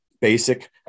basic